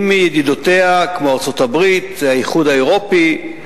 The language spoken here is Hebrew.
עם ידידותיה, כמו ארצות-הברית, האיחוד האירופי,